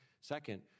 Second